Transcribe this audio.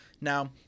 Now